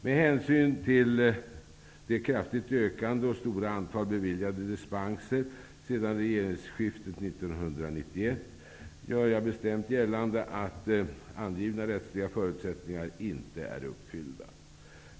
Med hänsyn till det kraftigt ökande och stora antalet beviljade dispenser sedan regeringsskiftet 1991, gör jag bestämt gällande att angivna rättsliga förutsättningar inte är uppfyllda.